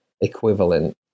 equivalent